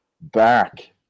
back